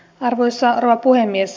arvoisa rouva puhemies